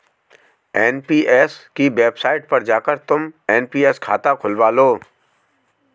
NPS की website पर जाकर तुम एन.पी.एस खाता खुलवा लो